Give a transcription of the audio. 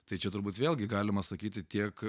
tai čia turbūt vėlgi galima sakyti tiek